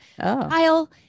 Kyle